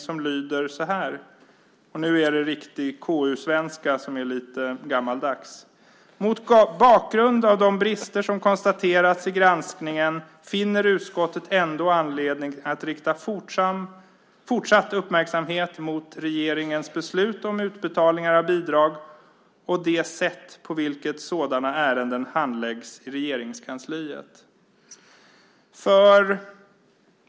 Den lyder så här - nu är det riktig KU-svenska som är lite gammaldags: "Mot bakgrund av de brister som konstaterats i granskningen finner utskottet ändå anledning att rikta fortsatt uppmärksamhet mot regeringens beslut om utbetalning av bidrag och det sätt på vilket sådana ärenden handläggs i Regeringskansliet."